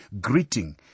greeting